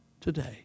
today